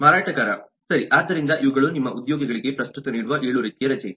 ಮಾರಾಟಗಾರ ಸರಿ ಆದ್ದರಿಂದ ಇವುಗಳು ನಿಮ್ಮ ಉದ್ಯೋಗಿಗಳಿಗೆ ಪ್ರಸ್ತುತ ನೀಡುವ 7 ರೀತಿಯ ರಜೆ